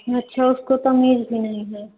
अच्छा उसको तमीज़ भी नहीं है